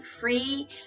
free